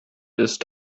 ist